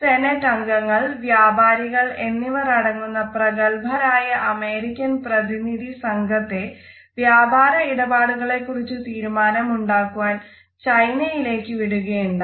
senate അംഗങ്ങൾ വ്യാപാരികൾ എന്നിവർ അടങ്ങുന്ന പ്രഗൽഭരായ അമേരിക്കൻ പ്രതിനിധി സംഘത്തെ വ്യാപാര ഇടപാടുകളെ കുറിച്ച് തീരുമാനം ഉണ്ടാക്കുവാൻ ചൈനയിലേക്ക് വിടുകയുണ്ടായി